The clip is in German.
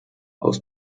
aus